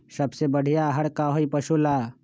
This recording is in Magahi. सबसे बढ़िया आहार का होई पशु ला?